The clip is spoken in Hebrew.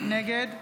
נגד